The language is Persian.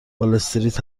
والاستریت